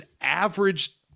average